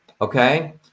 okay